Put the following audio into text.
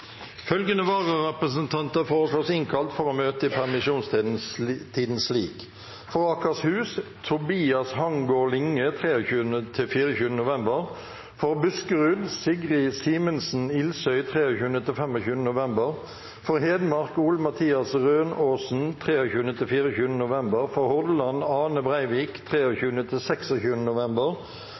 Følgende vararepresentanter innkalles for å møte i permisjonstiden slik: For Akershus: Tobias Hangaard Linge 23.–24. november For Buskerud: Sigrid Simensen Ilsøy 23.–25. november For Hedmark: Ole Mathias Rønaasen 23.–24. november For Hordaland: Ane Breivik 23.–26. november